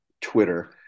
Twitter